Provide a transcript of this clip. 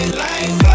life